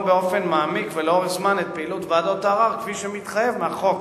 באופן מעמיק ולאורך זמן את פעילות ועדות הערר כפי שמתחייב מהחוק.